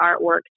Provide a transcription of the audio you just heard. artwork